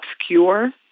obscure